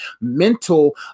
mental